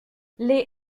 les